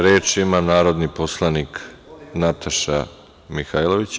Reč ima narodni poslanik Nataša Mihajlović.